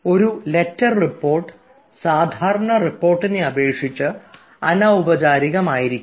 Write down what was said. ഒരു letter report സാധാരണ റിപ്പോർട്ടിനെ അപേക്ഷിച്ച് അനൌപചാരികം ആയിരിക്കും